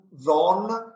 zone